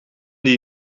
die